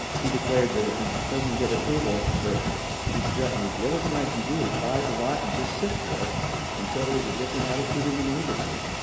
he declared that if he doesn't get approval, that he'd threaten the other thing i can do is buy the lot and just sit there until there is a different attitude in the neighborhood.